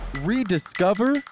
rediscover